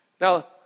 Now